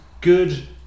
good